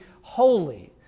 holy